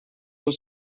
del